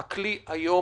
שהכלי מציל היום.